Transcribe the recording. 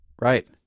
Right